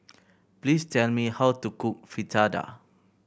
please tell me how to cook Fritada